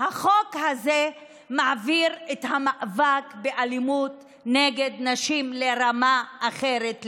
החוק הזה מעביר את המאבק באלימות נגד נשים לרמה אחרת לגמרי.